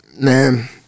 Man